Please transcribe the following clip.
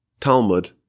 Talmud